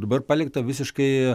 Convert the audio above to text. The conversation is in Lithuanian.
dabar palikta visiškai